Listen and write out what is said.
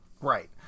Right